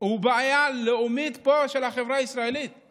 הוא בעיה לאומית של החברה הישראלית פה.